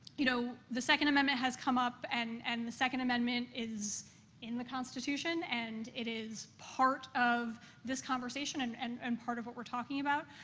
you know, the second amendment has come up, and and the second amendment is in the constitution and it is part of this conversation and and and part of what we're talking about.